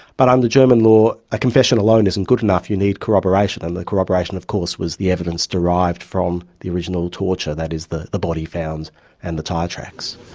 but um under german law, a confession alone isn't good enough, you need corroboration and the corroboration of course was the evidence derived from the original torture, that is, the the body found and the tyre tracks.